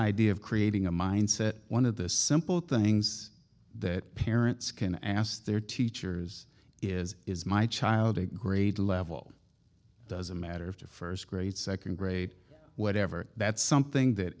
idea of creating a mindset one of the simple things that parents can ask their teachers is is my child a grade level doesn't matter of to first grade second grade whatever that's something that